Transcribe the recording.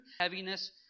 heaviness